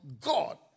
God